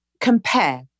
compare